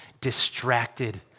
distracted